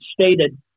stated